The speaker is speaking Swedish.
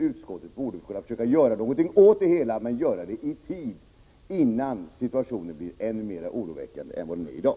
Utskottet borde kunna göra någonting åt detta i tid, innan situationen blir ännu mer oroväckande än den är i dag.